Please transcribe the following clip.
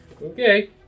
Okay